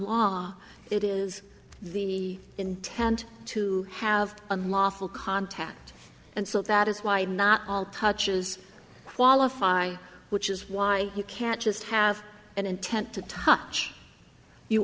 law it is the intent to have unlawful contact and so that is why not all touches qualify which is why you can't just have an intent to touch you